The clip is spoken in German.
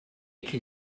ecke